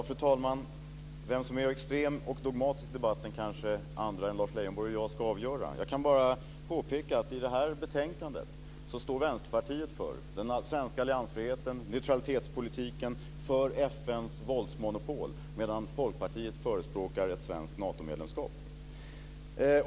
Fru talman! Vem som är extrem och dogmatisk i debatten kanske andra än Lars Leijonborg och jag ska avgöra. Jag kan bara påpeka att i det här betänkandet står Vänsterpartiet för den svenska alliansfriheten, neutralitetspolitiken, FN:s våldsmonopol, medan Folkpartiet förespråkar ett svenskt Natomedlemskap.